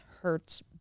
hurts